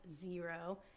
zero